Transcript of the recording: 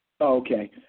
Okay